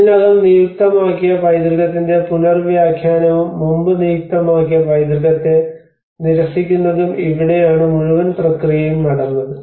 ഇതിനകം നിയുക്തമാക്കിയ പൈതൃകത്തിന്റെ പുനർ വ്യാഖ്യാനവും മുമ്പ് നിയുക്തമാക്കിയ പൈതൃകത്തെ നിരസിക്കുന്നതും ഇവിടെയാണ് മുഴുവൻ പ്രക്രിയയും നടന്നത്